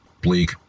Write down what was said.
bleak